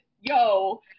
yo